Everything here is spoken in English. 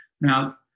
Now